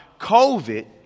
COVID